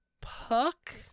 Puck